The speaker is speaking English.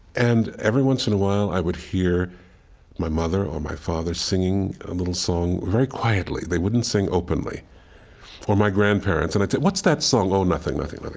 and every once and a while i would hear my mother or my father singing a little song very quietly, they wouldn't sing openly or my grandparents. and i'd say, what's that song? oh nothing, nothing,